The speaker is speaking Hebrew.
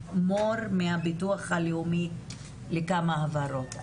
המוסד לביטוח לאומי לא רק שהביע את דעתו,